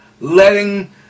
letting